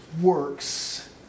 works